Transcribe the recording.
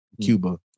Cuba